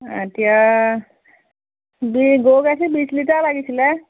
এতিয়া গৰু গাখীৰ বিছ লিটাৰ লাগিছিলে